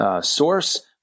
source